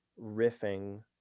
riffing